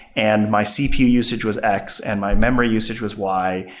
and my cpu usage was x, and my memory usage was y,